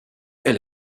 elle